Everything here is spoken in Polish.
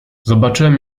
zobaczyłem